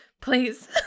please